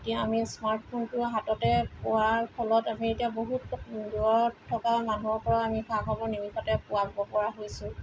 এতিয়া আমি স্মাৰ্টফোনটো হাততে পোৱাৰ ফলত আমি এতিয়া বহু দূৰত থকা মানুহৰ পৰা আমি খা খবৰ নিমিষতে পোৱাব পৰা হৈছোঁ